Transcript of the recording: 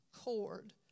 cord